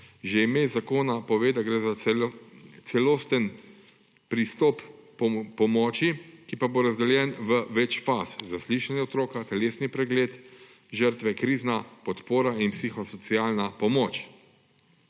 Že ime zakona pove, da gre za celosten pristop k pomoči, ki pa bo razdeljen v več faz: zaslišanje otroka, telesni pregled žrtve, krizna podpora in psihosocialna pomoč.